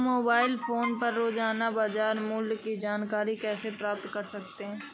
हम mobile phone पर रोजाना बाजार मूल्य की जानकारी कैसे प्राप्त कर सकते हैं?